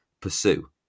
pursue